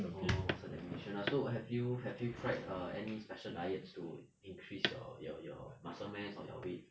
orh more muscle definition lah so have you have you tried err any special diets to increase your your your muscle mass or your weight